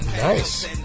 Nice